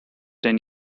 ten